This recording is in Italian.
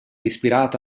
ispirata